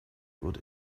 wurde